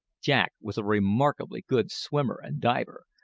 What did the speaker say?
jack was a remarkably good swimmer and diver,